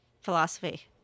philosophy